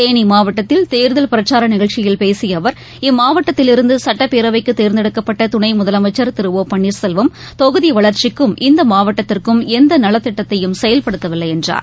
தேனிமாவட்டத்தில் கேர்கல் பிரச்சாரநிகழ்ச்சியில் பேசியஅவர் இம்மாவட்டத்தில் இருந்துசட்டப்பேரவைக்குதேர்ந்தெடுக்கப்பட்டதுணைமுதலமைச்சர் திரு ஓ பன்னீர்செல்வம் தொகுதிவளர்ச்சிக்கும் இந்தமாவட்டத்திற்கும் எந்தநலத்திட்டத்தையும் செயல்படுத்தவில்லைஎன்றார்